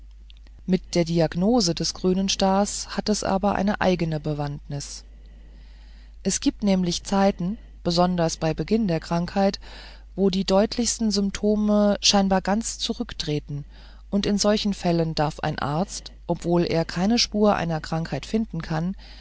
mit der diagnose des grünen stars hat es aber eine eigene bewandtnis es gibt nämlich zeiten besonders bei beginn der krankheit wo die deutlichsten symptome scheinbar ganz zurücktreten und in solchen fällen darf ein arzt obwohl er keine spur einer krankheit finden kann